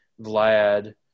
Vlad